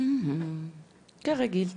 כרגיל.